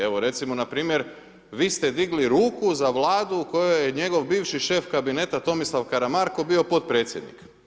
Evo, recimo npr. vi ste digli ruku za vladu u kojoj je njegov bivši šef Kabineta Tomislav Karamarko bio potpredsjednik.